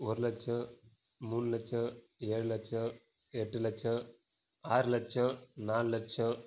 ஒரு லட்சம் மூண் லட்சம் ஏழு லட்சம் எட்டு லட்சம் ஆறு லட்சம் நாலு லட்சம்